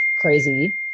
crazy